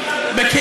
ישראלית.